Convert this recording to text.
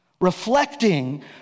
Reflecting